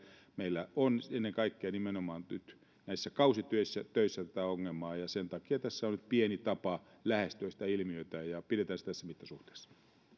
meillä on ennen kaikkea nimenomaan nyt näissä kausitöissä tätä ongelmaa ja sen takia tässä on nyt pieni tapa lähestyä sitä ilmiötä ja pidetään se tässä mittasuhteessa